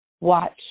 watch